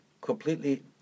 completely